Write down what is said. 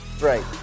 Right